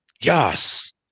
yes